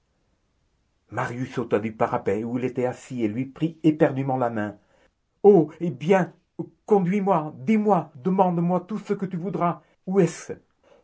du parapet où il était assis et lui prit éperdument la main oh eh bien conduis-moi dis-moi demande-moi tout ce que tu voudras où est-ce